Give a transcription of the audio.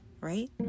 right